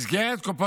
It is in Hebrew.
מה קשור